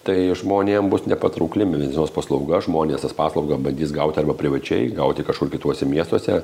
tai žmonėm bus nepatraukli medicinos paslauga žmonės tas paslaugas bandys gauti arba privačiai gauti kažkur kituose miestuose